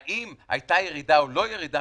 האם הייתה ירידה או לא ירידה,